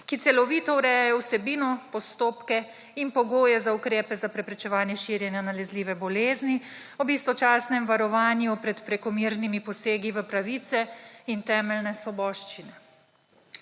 ki celovito urejajo vsebino, postopke in pogoje za ukrepe za preprečevanje širjenja nalezljive bolezni ob istočasnem varovanju pred prekomernimi posegi v pravice in temeljne svoboščine.